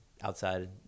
outside